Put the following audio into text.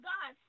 God